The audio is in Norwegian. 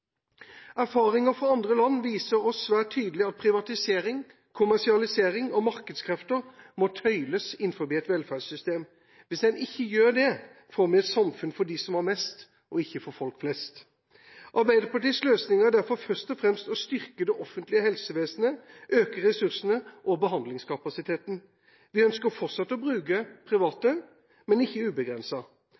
Erfaringer fra andre land viser oss svært tydelig at privatisering, kommersialisering og markedskrefter må tøyles innenfor velferdssystemet. Hvis en ikke gjør det, får vi et samfunn for dem som har mest, og ikke for folk flest. Arbeiderpartiets løsninger er derfor først og fremst å styrke det offentlige helsevesenet og øke ressursene og behandlingskapasiteten. Vi ønsker fortsatt å bruke private aktører, men ikke